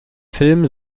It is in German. film